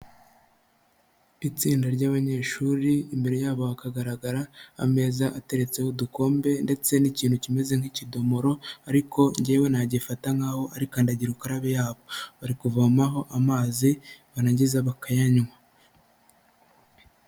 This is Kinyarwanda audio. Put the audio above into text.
Itsinda ry'abanyeshuri imbere yabo hakagaragara ameza ateretseho udukombe ndetse n'ikintu kimeze nk'ikidomoro ariko njyewe nagifata nk'aho arikandagira ukarabe yabo, bari kuvomaho amazi barangiza bakayanywa.